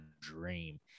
dream